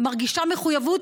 מרגישה מחויבות,